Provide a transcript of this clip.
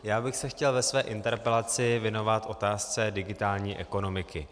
Já bych se chtěl ve své interpelaci věnovat otázce digitální ekonomiky.